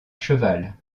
cheval